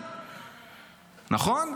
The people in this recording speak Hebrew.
נכון?